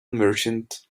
merchant